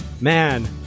Man